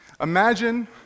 Imagine